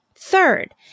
Third